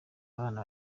abana